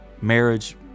marriage